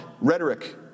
rhetoric